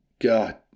God